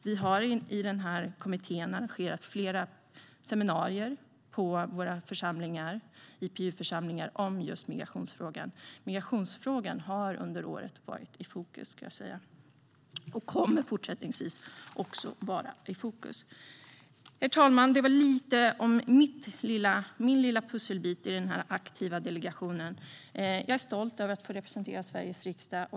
Vi har i kommittén arrangerat flera seminarier på våra IPU-församlingar om just migrationsfrågan. Migrationsfrågan har under året varit i fokus och kommer också fortsättningsvis att vara i fokus. Herr talman! Det var lite om min lilla pusselbit i denna aktiva delegation. Jag är stolt över att få representera Sveriges riksdag.